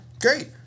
great